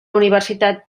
universitat